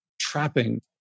trapping